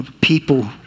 people